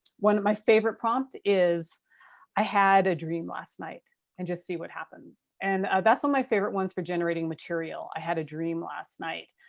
one of my favorite prompt is i had a dream last night and just see what happens. and that's one of my favorite ones for generating material. i had a dream last night.